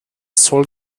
soll